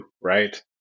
right